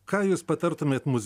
ką jūs patartumėt mus